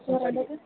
श्वः वदतु